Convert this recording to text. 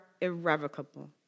irrevocable